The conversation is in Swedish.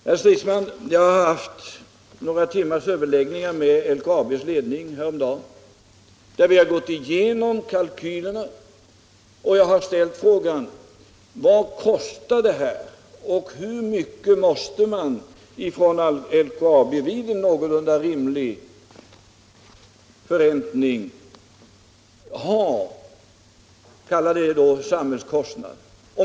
Jag hade, herr Stridsman, några timmars överläggningar med LKAB:s ledning häromdagen. Vi gick igenom kalkylerna och jag frågade: Vad kostar detta, och hur mycket måste LKAB vid en någorlunda rimlig förräntning ha från samhället — kalla det gärna samhällskostnad?